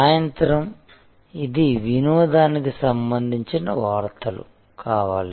సాయంత్రం ఇది వినోదానికి సంబంధించిన వార్తలు కావాలి